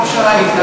כמו שראית,